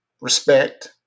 respect